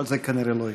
אבל זה כנראה לא יקרה.